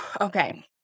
Okay